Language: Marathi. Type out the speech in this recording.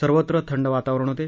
सर्वत्र थंड वातावरण होते